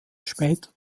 später